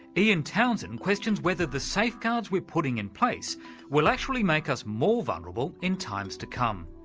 ian townsend questions whether the safeguards we're putting in place will actually make us more vulnerable in times to come.